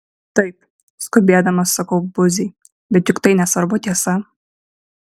taip skubėdamas sakau buziai bet juk tai nesvarbu tiesa